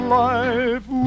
life